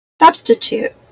substitute